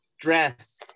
dress